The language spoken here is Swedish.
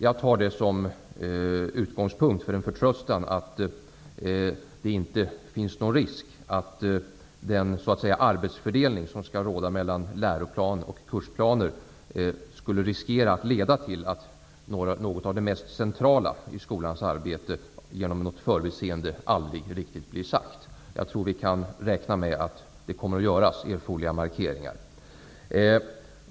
Jag tar det som en utgångspunkt för en förtröstan att det inte finns någon risk för att något av det mest centrala i fråga om, skulle jag vilja säga, den arbetsfördelning som skall råda mellan läroplan och kursplaner genom ett förbiseende aldrig riktigt blir sagt. Jag tror alltså att det kommer att göras erforderliga markeringar.